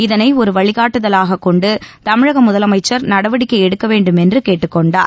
இதனை ஒரு வழிகாட்டுதலாக கொண்டு தமிழக முதலமைச்சா் நடவடிக்கை எடுக்கவேண்டும் என்று கேட்டுக்கொண்டார்